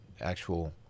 actual